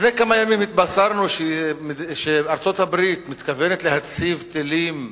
לפני כמה ימים התבשרנו שארצות-הברית מתכוונת להציב טילים,